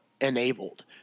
enabled